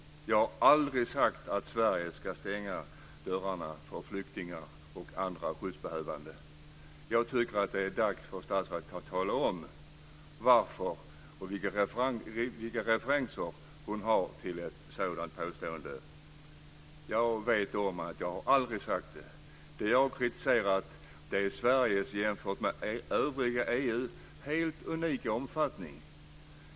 Jag har aldrig sagt att Sverige ska stänga dörrarna för flyktingar och andra skyddsbehövande. Det är dags för statsrådet att tala om vilka referenser hon har till ett sådant påstående. Jag vet om att jag aldrig har sagt det. Det jag har kritiserat är Sveriges jämfört med övriga EU-länders helt unika omfattning av politiken.